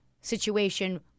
situation